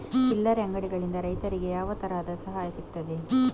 ಚಿಲ್ಲರೆ ಅಂಗಡಿಗಳಿಂದ ರೈತರಿಗೆ ಯಾವ ತರದ ಸಹಾಯ ಸಿಗ್ತದೆ?